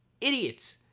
Idiots